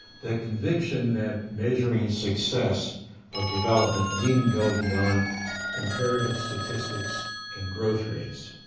that conviction that measuring success of development didn't go beyond comparative statistics and growth rates.